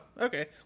okay